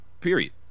period